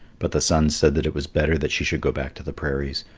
but the sun said that it was better that she should go back to the prairies,